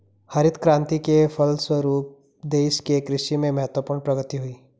हरित क्रान्ति के फलस्व रूप देश के कृषि क्षेत्र में महत्वपूर्ण प्रगति हुई